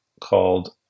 called